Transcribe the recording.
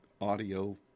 audio